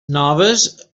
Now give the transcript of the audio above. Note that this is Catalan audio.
noves